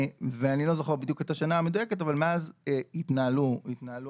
אני לא זוכר בדיוק את השנה המדויקת אבל מאז התנהלו הליכים